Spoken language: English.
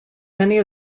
many